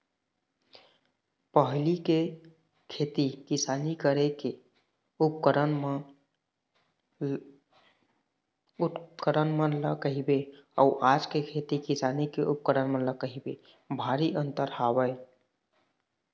पहिली के खेती किसानी करे के उपकरन मन ल कहिबे अउ आज के खेती किसानी के उपकरन मन ल कहिबे भारी अंतर आय हवय